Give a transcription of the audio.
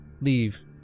Leave